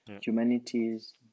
humanities